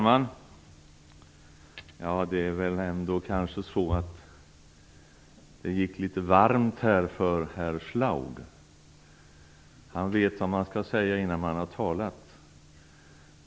Herr talman! Det gick litet varmt här för herr Schlaug. Han vet vad man skall säga innan man har talat.